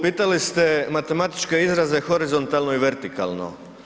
Pitali ste matematičke izraze horizontalno i vertikalno.